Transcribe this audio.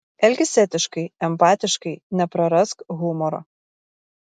elkis etiškai empatiškai neprarask humoro